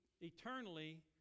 eternally